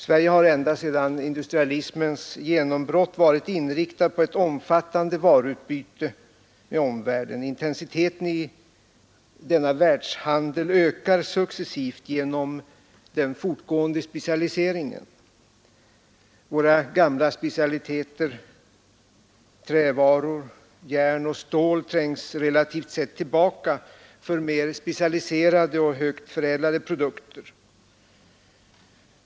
Sverige har ända sedan industrialismens genombrott varit inriktat på ett omfattande varuutbyte med omvärlden. Intensiteten i denna världshandel ökar successivt genom den fortgående specialiseringen. Våra gamla specialiteter — trävaror, järn och stål — trängs relativt sett tillbaka för mer specialiserade och högt förädlade produkter.